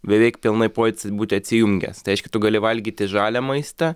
beveik pilnai pojūtis būti atsijungęs tai reiškia tu gali valgyti žalią maistą